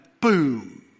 boom